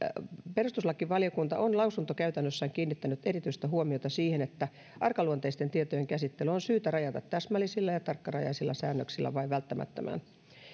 perustuslakivaliokunta on lausuntokäytännössään kiinnittänyt erityistä huomiota siihen että arkaluontoisten tietojen käsittely on syytä rajata täsmällisillä ja tarkkarajaisilla säännöksillä vain välttämättömään